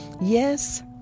Yes